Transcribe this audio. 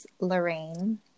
Lorraine